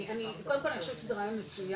אני קודם כל אני חושבת שזה רעיון מצוין,